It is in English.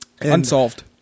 unsolved